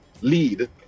lead